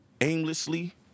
aimlessly